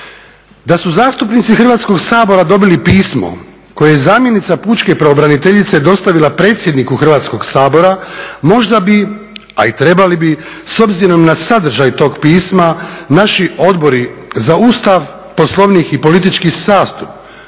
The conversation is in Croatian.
Da su zastupnici Hrvatskog sabora dobili pismo koje je zamjenica pučke pravobraniteljice dostavila predsjedniku Hrvatskog sabora možda bi, a i trebali bi s obzirom na sadržaj tog pisma naši Odbori za Ustav, Poslovnik i politički sustav